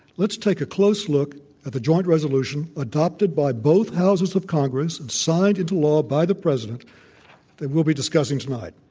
let's take a close look at the joint resolution adopted by both houses of congress and signed into law by the president that we'll be discussing tonight.